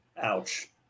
Ouch